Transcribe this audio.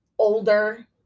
older